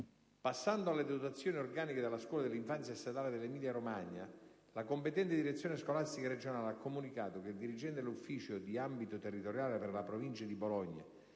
Passando alle dotazioni organiche della scuola dell'infanzia statale dell'Emilia-Romagna, la competente Direzione scolastica regionale ha comunicato che il dirigente dell'Ufficio di ambito territoriale per la Provincia di Bologna,